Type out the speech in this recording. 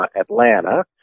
Atlanta